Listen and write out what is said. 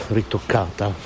ritoccata